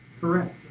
Correct